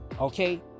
okay